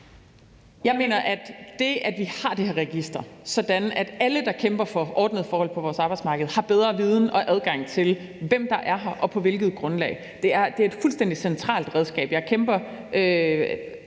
Jeg mener, at det, at vi har det her register, sådan at alle, der kæmper for ordnede forhold på vores arbejdsmarked, har bedre viden om og adgang til, hvem der er her og på hvilket grundlag. Det er et fuldstændig centralt redskab. Jeg kæmper